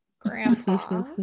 Grandpa